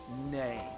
name